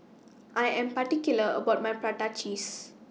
I Am particular about My Prata Cheese